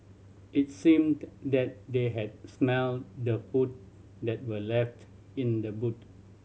it seemed that they had smelt the food that were left in the boot